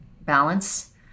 balance